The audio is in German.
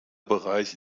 bereich